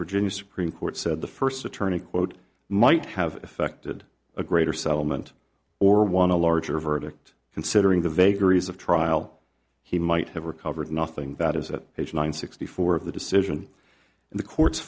virginia supreme court said the first attorney quote might have affected a greater settlement or want a larger verdict considering the vagaries of trial he might have recovered nothing that is that age nine sixty four of the decision and the court